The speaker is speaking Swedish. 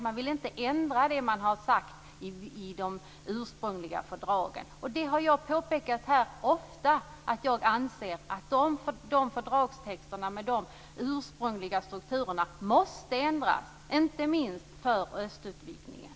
Man vill inte ändra det man har sagt i de ursprungliga fördragen. Jag har ofta påpekat här att jag anser att fördragstexterna med de ursprungliga strukturerna måste ändras, inte minst inför östutvidgningen.